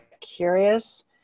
curious